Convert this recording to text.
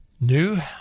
new